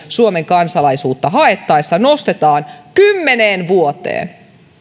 suomen kansalaisuutta haettaessa nostetaan kymmeneen vuoteen